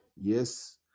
Yes